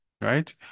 right